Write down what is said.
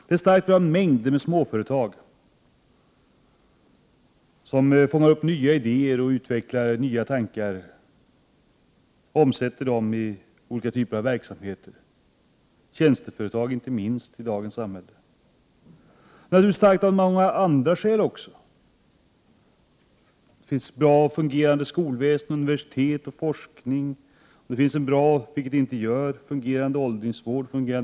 Det är starkt genom en mängd av små företag —-inte minst tjänsteföretag i dagens samhälle — som fångar upp nya idéer och utvecklar nya tankar samt omsätter dem i olika typer av verksamheter. Det svenska samhället är starkt också av andra skäl. Vi har bra och fungerande skolväsen, universitet och forskning. Vi har bra åldringsvård och sjukvård — om de fungerar, vilket de inte gör.